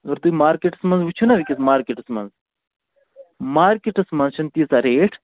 اَگر تُہۍ مارکیٹَس منٛز وٕچھِو نہ أکِس مارکیٹَس منٛز مارکیٹَس منٛز چھَنہٕ تیٖژاہ ریٹ